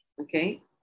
okay